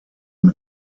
mit